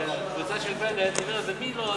והקבוצה של בנט העבירה את זה מלועזי,